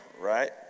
Right